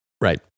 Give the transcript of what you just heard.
Right